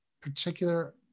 particular